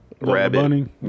rabbit